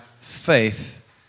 faith